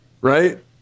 Right